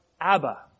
Abba